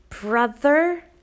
brother